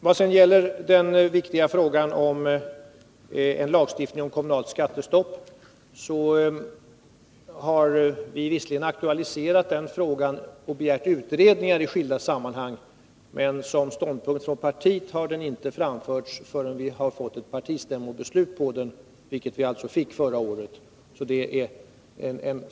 Vad sedan gäller den viktiga frågan om lagstiftning om kommunalt skattestopp, har vi visserligen aktualiserat den frågan och i skilda sammanhang begärt utredningar. Men som ståndpunkt från partiet har en sådan lagstiftning inte framförts förrän vi fick partistämmobeslut på det, vilket vi fick förrförra året.